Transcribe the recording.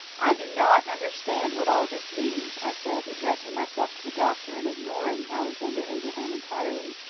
i do not understand what all this means, i said addressing myself to the doctor and ignoring alexander abraham entirely,